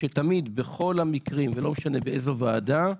שתמיד בכל המקרים ולא משנה באיזו ועדה,